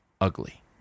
ugly